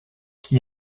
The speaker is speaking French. qui